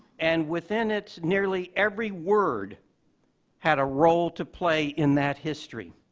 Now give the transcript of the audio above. and within it, nearly every word had role to play in that history.